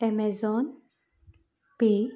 amazon pay